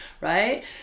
right